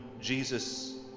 jesus